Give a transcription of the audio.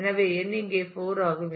எனவே n இங்கே 4 ஆகும்